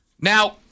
Now